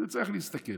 אני מציע לך להסתכל.